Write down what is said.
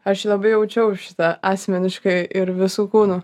aš labai jaučiau šitą asmeniškai ir visu kūnu